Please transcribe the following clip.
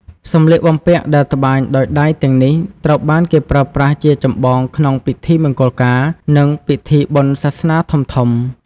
សម្លៀកបំពាក់ដែលត្បាញដោយដៃទាំងនេះ ត្រូវបានគេប្រើប្រាស់ជាចម្បងក្នុងពិធីមង្គលការ និងពិធីបុណ្យសាសនាធំៗ។